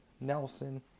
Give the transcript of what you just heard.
Nelson